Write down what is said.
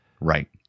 right